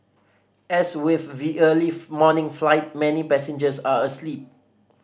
as with the early morning flight many passengers are asleep